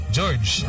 George